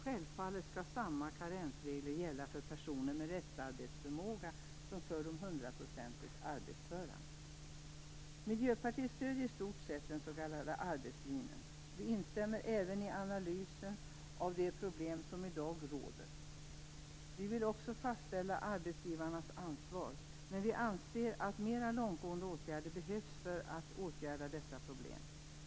Självfallet skall samma karensregler gälla för personer med restarbetsförmåga som för de hundraprocentigt arbetsföra. Miljöpartiet stöder i stort sett den s.k. arbetslinjen. Vi instämmer även i analysen av de problem som i dag råder. Vi vill också fastställa arbetsgivarnas ansvar. Men vi anser att mer långtgående åtgärder behövs för att åtgärda dessa problem.